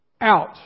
out